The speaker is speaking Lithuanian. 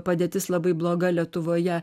padėtis labai bloga lietuvoje